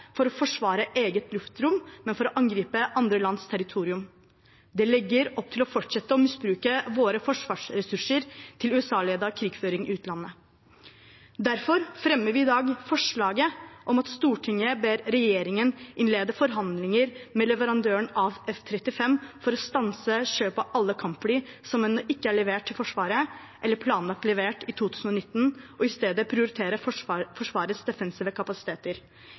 for å forsvare eget luftrom, men for å angripe andre lands territorium. Det legger opp til å fortsette å misbruke våre forsvarsressurser til USA-ledet krigføring i utlandet. Derfor fremmer vi i dag forslaget om at Stortinget ber regjeringen innlede forhandlinger med leverandøren av F-35 for å stanse kjøp av alle kampfly som ikke er levert til Forsvaret eller planlagt levert i 2019, og i stedet prioritere Forsvarets defensive kapasiteter.